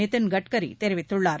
நிதின் கட்கரி தெரிவித்துள்ளார்